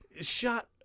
shot